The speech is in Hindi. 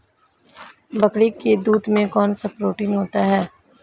बकरी के दूध में कौनसा प्रोटीन होता है?